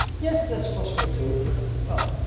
yes that's possible too but well